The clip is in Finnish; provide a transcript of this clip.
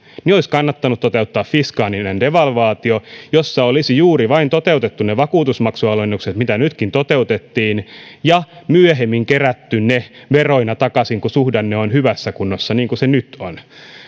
olisi kannattanut toteuttaa fiskaalinen devalvaatio jossa olisi juuri vain toteutettu ne vakuutusmaksualennukset mitä nytkin toteutettiin ja myöhemmin kerätty ne veroina takaisin kun suhdanne on hyvässä kunnossa niin kuin se nyt on